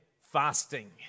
Fasting